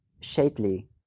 Shapely